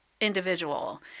individual